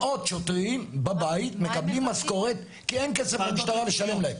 מאות שוטרים בבית מקבלים משכורת כי אין כסף למשטרה לשלם להם.